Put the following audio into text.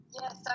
Yes